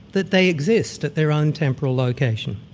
that they exist at their own temporal location.